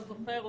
לא זוכר.